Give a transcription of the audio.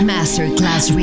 Masterclass